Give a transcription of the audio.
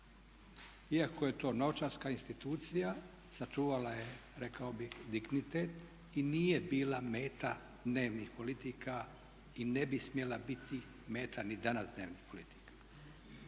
Iako je to novčarska institucija sačuvala je rekao bih dignitet i nije bila meta dnevnih politika i ne bi smjela biti meta ni danas dnevnih politika.